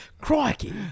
crikey